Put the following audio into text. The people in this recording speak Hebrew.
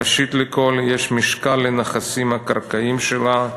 ראשית לכול, יש משקל לנכסים הקרקעיים שלה,